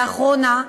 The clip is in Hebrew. לאחרונה,